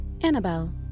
Annabelle